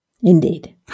indeed